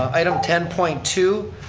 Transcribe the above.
item ten point two,